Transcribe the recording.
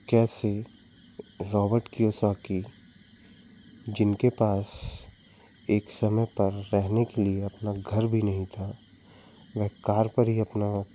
कैसे Robert Kiyosaki जिनके पास एक समय पर रहने के लिए अपना घर भी नहीं था वह कार पर ही अपना